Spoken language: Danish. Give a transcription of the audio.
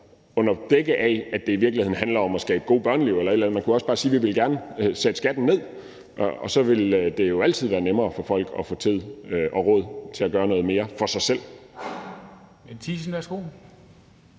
under dække af, at det i virkeligheden handler om at skabe gode børneliv eller noget andet. Man kunne også bare sige, at man gerne vil sætte skatten ned, og så vil det jo altid være nemmere for folk at få tid og råd til at gøre noget mere for dem selv Kl.